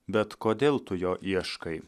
bet kodėl tu jo ieškai